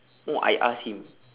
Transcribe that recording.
no I ask him